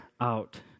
out